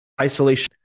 isolation